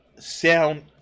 Sound